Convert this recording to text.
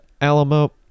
Alamo